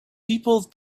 people